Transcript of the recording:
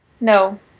No